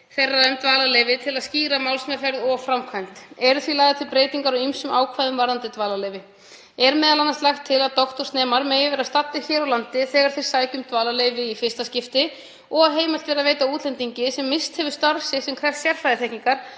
þeirra um dvalarleyfi til að skýra málsmeðferð og framkvæmd. Eru því lagðar til breytingar á ýmsum ákvæðum varðandi dvalarleyfi. Er m.a. lagt til að doktorsnemar megi vera staddir hér á landi þegar þeir sækja um dvalarleyfi í fyrsta skipti og að heimilt verði að veita útlendingi sem misst hefur starf sitt sem krefst sérfræðiþekkingar